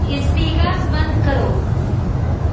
speakers بند کرو